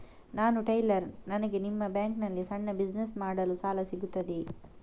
ನಾನು ಟೈಲರ್, ನನಗೆ ನಿಮ್ಮ ಬ್ಯಾಂಕ್ ನಲ್ಲಿ ಸಣ್ಣ ಬಿಸಿನೆಸ್ ಮಾಡಲು ಸಾಲ ಸಿಗುತ್ತದೆಯೇ?